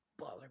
baller